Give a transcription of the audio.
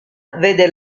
vede